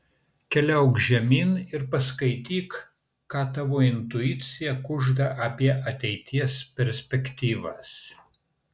keliauk žemyn ir paskaityk ką tavo intuicija kužda apie ateities perspektyvas